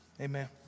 amen